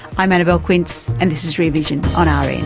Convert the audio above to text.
i'm annabelle quince, and this is rear vision on ah rn